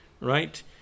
right